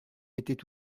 étaient